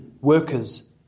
workers